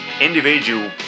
individual